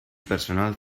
personal